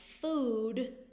food